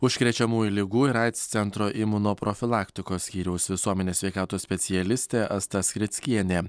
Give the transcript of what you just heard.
užkrečiamųjų ligų ir aids centro imunoprofilaktikos skyriaus visuomenės sveikatos specialistė asta skrickienė